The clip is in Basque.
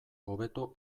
hobeto